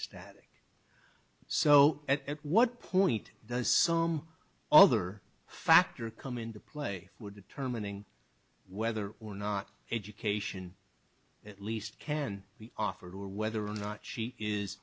static so at what point does some other factor come into play would determine whether or not education at least can be offered or whether or not she is